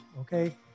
okay